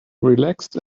relaxed